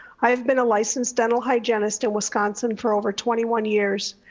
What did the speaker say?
i've been a licensed dental hygienist in wisconsin for over twenty one years.